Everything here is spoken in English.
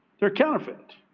they're counterfeit.